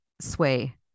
Sway